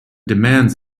demands